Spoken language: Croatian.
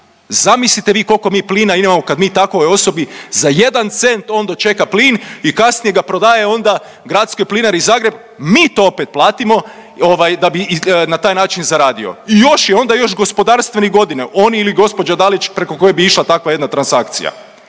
Zamislite vi kolko mi plina imamo kad mi takvoj osobi za jedan cent on dočeka plin i kasnije ga prodaje onda Gradskoj plinari Zagreb, mi to opet platimo da bi na taj način zaradio i još je onda gospodarstvenik godine oni ili gospođa Dalić preko koje bi išla takva jedna transakcija.